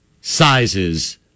sizes